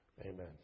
Amen